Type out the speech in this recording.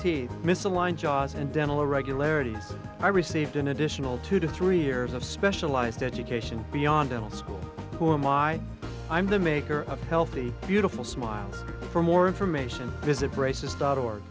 teeth misaligned jaws and dental regularities i received an additional two to three years of specialized education beyond all school who are my i'm the maker of healthy beautiful smiles for more information visit braces dot org